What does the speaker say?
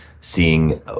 seeing